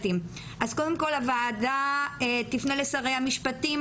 הוועדה תפנה לשרי המשפטים,